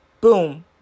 Boom